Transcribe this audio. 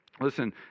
Listen